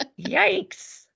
yikes